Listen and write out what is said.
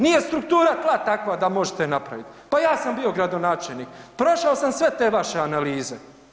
Nije struktura tla takva da možete napravit, pa ja sam bio gradonačelnik, prošao sam sve te vaše analize.